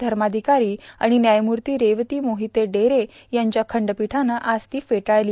धर्माधिकारी आणि न्यायमूर्ती रेवती मोहिते डेरे यांच्या खंडपीठानं आज ती फेटाळली